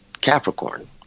Capricorn